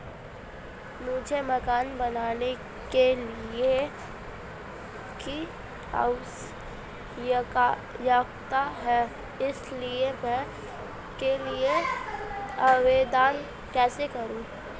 मुझे मकान बनाने के लिए ऋण की आवश्यकता है इसलिए मैं ऋण के लिए आवेदन कैसे करूं?